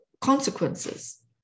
consequences